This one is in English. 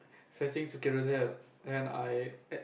searching through Carousell then I